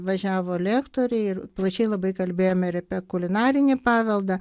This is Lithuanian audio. važiavo lektoriai ir plačiai labai kalbėjom ir apie kulinarinį paveldą